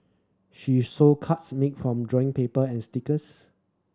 she sold cards made from drawing paper and stickers